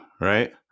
right